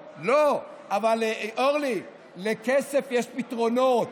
אבל, אורלי, לכסף יש פתרונות.